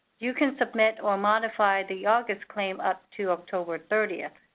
you can submit or modify the august claim up to october thirtieth.